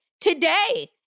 today